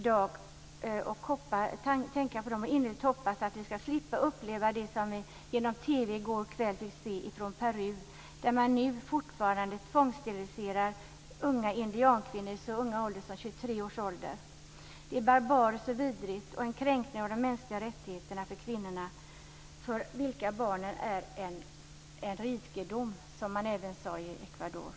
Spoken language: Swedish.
Jag hoppas innerligt att vi ska slippa uppleva det som vi genom TV i går kväll fick se från Peru, där man fortfarande tvångssteriliserar indiankvinnor i så ung ålder som 23 år. Det är barbariskt och vidrigt och en kränkning av de mänskliga rättigheterna för kvinnorna för vilka barnen är en rikedom, som man även sade i Ecuador.